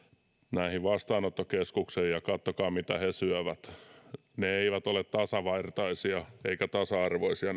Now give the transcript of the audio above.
näihin vastaanottokeskuksiin ja katsokaa mitä he syövät ne heidän ateriansa eivät ole tasavertaisia eivätkä tasa arvoisia